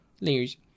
Layers